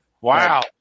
Wow